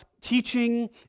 teaching